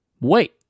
Wait